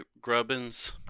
grubbins